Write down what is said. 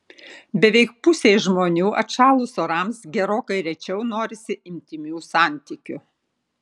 beveik pusei žmonių atšalus orams gerokai rečiau norisi intymių santykių